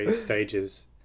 stages